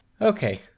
Okay